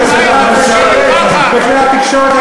ממתי אתה מומחה לפחד?